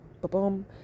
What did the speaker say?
boom